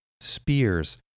spears